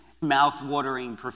mouth-watering